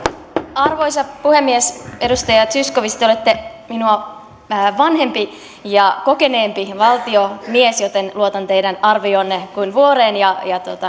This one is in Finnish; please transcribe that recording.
arvoisa puhemies edustaja zyskowicz te olette minua vanhempi ja kokeneempi valtiomies joten luotan teidän arvioonne kuin vuoreen ja